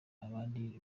abandi